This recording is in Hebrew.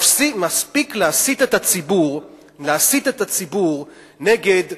מספיק להסית את הציבור נגד קבוצות,